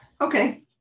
okay